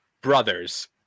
brothers